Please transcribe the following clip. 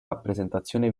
rappresentazione